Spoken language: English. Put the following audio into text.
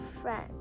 friend